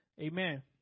Amen